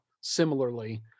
similarly